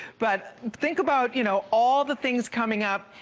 but think about you know all the things coming up.